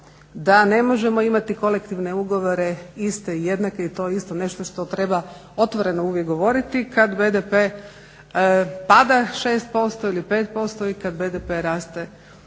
da ne možemo imati kolektivne ugovore iste i jednake i to je isto nešto što treba otvoreno uvijek govoriti kada BDP pada 6% ili 5% i kada BDP raste 5 ili